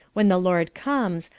when the lord comes,